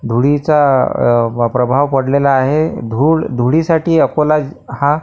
धुळीचा प्रभाव पडलेला आहे धूळ धुळीसाठी अकोला हा